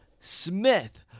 Smith